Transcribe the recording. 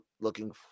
looking